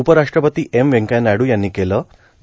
उपराष्ट्रपती एम व्यंकय्या नायड्र यांनी केलं आहे